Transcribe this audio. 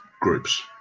groups